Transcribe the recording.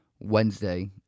Wednesday